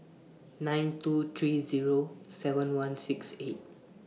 nine two three Zero seven one six eight